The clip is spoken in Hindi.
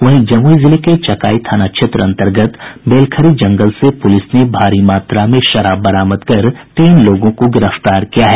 वहीं जमुई जिले के चकाई थाना क्षेत्र अंतर्गत बेलखरी जंगल से पुलिस ने भारी मात्रा में शराब बरामद कर तीन लोगों को गिरफ्तार किया है